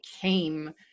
came